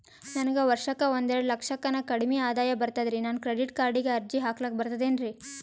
ನನಗ ವರ್ಷಕ್ಕ ಒಂದೆರಡು ಲಕ್ಷಕ್ಕನ ಕಡಿಮಿ ಆದಾಯ ಬರ್ತದ್ರಿ ನಾನು ಕ್ರೆಡಿಟ್ ಕಾರ್ಡೀಗ ಅರ್ಜಿ ಹಾಕ್ಲಕ ಬರ್ತದೇನ್ರಿ?